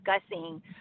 discussing